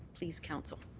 please, council.